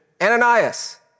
Ananias